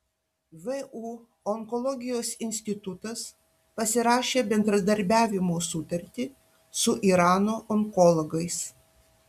vu onkologijos institutas pasirašė bendradarbiavimo sutartį su irano onkologais